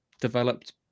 developed